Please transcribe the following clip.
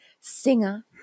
Singer